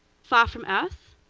far from earth,